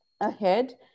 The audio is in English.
ahead